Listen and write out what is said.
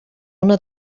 una